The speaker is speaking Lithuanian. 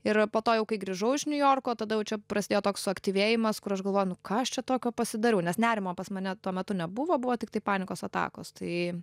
ir a po to jau kai grįžau iš niujorko tada jau čia prasidėjo toks suaktyvėjimas kur aš galvoju nu ką aš čia tokio pasidariau nes nerimo pas mane tuo metu nebuvo buvo tiktai panikos atakos tai